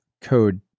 code